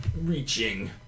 Reaching